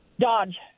Dodge